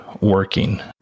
working